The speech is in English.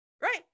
right